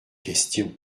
question